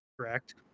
Correct